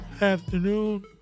afternoon